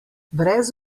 brez